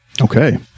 Okay